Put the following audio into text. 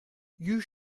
you